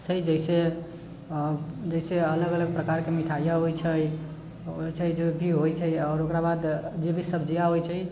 छै जाहिसे अलग अलग प्रकार के मिठाइ अबै छै जे भी होइ छै आओर ओकराबाद जेभी सब्जी अबै छै